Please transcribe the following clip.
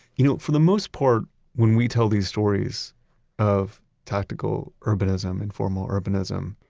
you know, for the most part when we tell these stories of tactical urbanism, informal urbanism,